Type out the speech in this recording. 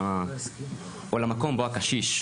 או למקום בו הקשיש,